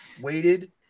waited